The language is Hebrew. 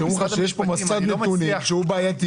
שיש כאן מסד נתונים בעייתי.